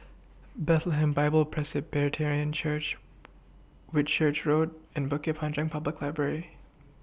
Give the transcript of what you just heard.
Bethlehem Bible Presbyterian Church Whitchurch Road and Bukit Panjang Public Library